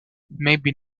maybe